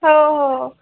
हो हो